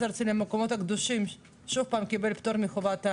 הארצי למקומות הקדושים שוב קיבל פטור מחובת המכרזים?